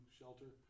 shelter